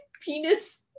penis